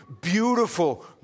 beautiful